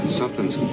something's